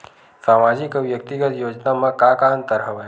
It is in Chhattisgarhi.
सामाजिक अउ व्यक्तिगत योजना म का का अंतर हवय?